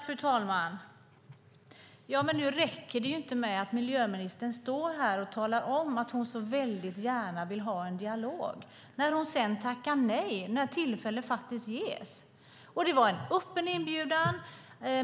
Fru talman! Det räcker inte med att miljöministern står här och talar om att hon så väldigt gärna vill ha en dialog, när hon sedan tackar nej när tillfälle faktiskt ges. Det var en öppen inbjudan.